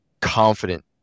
confident